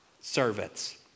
servants